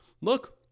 Look